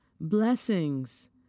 Blessings